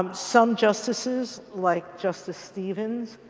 um some justices, like justice stevens,